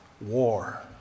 War